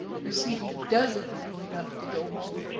you see he doesn't know enough to go home.